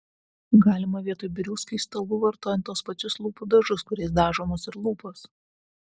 galima vietoj birių skaistalų vartojant tuos pačius lūpų dažus kuriais dažomos ir lūpos